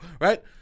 Right